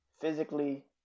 Physically